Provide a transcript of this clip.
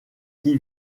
qui